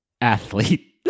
Athlete